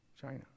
China